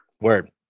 word